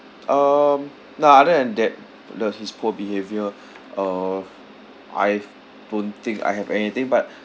um nah other than that the his poor behaviour uh I don't think I have anything but